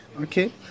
Okay